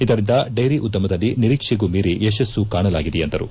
ಇದರಿಂದ ಡೈರಿ ಉದ್ಯಮದಲ್ಲಿ ನಿರೀಕ್ಷೆಗೂ ಮೀರಿ ಯಶಸ್ಸು ಕಾಣಲಾಗಿದೆ ಎಂದರು